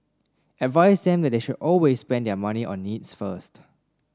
advise them that they should always spend their money on needs first